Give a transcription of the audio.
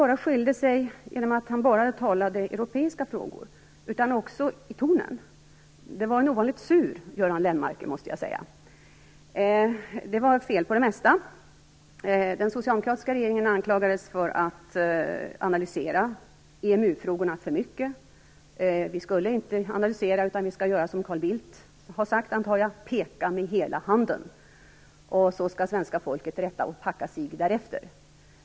Han skilde sig inte bara genom att endast tala om europeiska frågor utan också i tonen. Det var en ovanligt sur Göran Lennmarker, måste jag säga. Det var fel på det mesta. Den socialdemokratiska regeringen anklagades för att analysera EMU frågorna för mycket. Vi skulle inte analysera, utan vi skulle göra som Carl Bildt har sagt, nämligen att peka med hela handen. Sedan skall svenska folket rätta sig därefter.